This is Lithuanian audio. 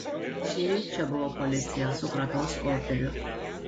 šįryt čia buvo policija su kratos orderiu